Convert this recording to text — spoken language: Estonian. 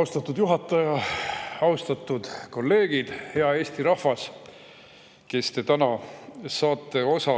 Austatud juhataja! Austatud kolleegid! Hea Eesti rahvas, kes te saate täna osa